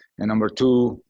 and number two,